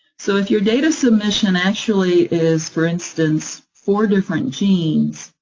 so if your data submission actually is, for instance, four different genes,